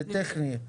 זה טכני.